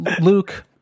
Luke